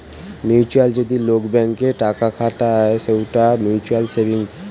mutually যদি লোক bank এ টাকা খাতায় সৌটা মিউচুয়াল সেভিংস